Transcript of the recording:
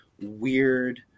weird